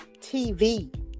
TV